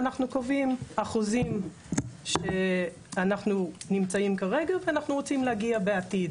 אנחנו קובעים אחוזים שאנחנו נמצאים כרגע ואנחנו רוצים להגיע בעתיד